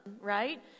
right